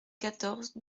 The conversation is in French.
quatorze